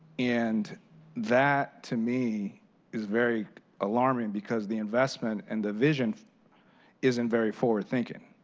and that to me is very alarming because the investment and the vision isn't very forward thinking.